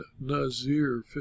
Nazir